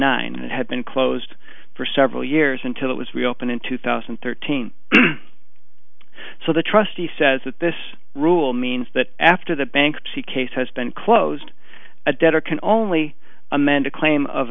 nine and it had been closed for several years until it was reopened in two thousand and thirteen so the trustee says that this rule means that after the bankruptcy case has been closed a debtor can only amend a claim of